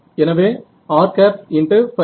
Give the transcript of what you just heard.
எனவே r